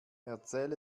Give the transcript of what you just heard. erzähl